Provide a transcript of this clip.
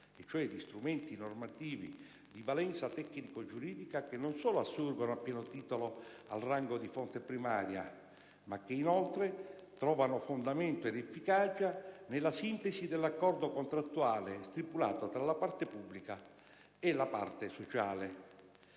e cioè di strumenti normativi di valenza tecnico-giuridica che non solo assurgono a pieno titolo al rango di fonte primaria, ma che inoltre trovano fondamento ed efficacia nella sintesi dell'accordo contrattuale stipulato tra la parte pubblica e la parte sociale.